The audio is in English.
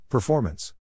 Performance